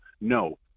No